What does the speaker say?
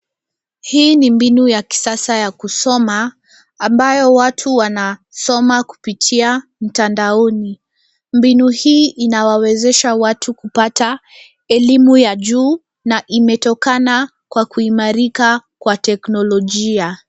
Hii ni mbinu ya kisasa ya kusoma ambayo watu wanasoma kupitia mtandao . Mbinu hii inawawezesha watu kupata elimu ya juu na imetokana kwa kuimarika kwa teknolojia.